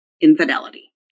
infidelity